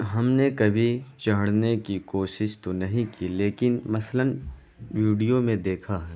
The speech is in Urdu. ہم نے کبھی چڑھنے کی کوشش تو نہیں کی لیکن مثلاً ویڈیو میں دیکھا ہے